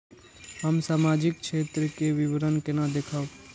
हम सामाजिक क्षेत्र के विवरण केना देखब?